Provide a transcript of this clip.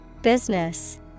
Business